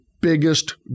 biggest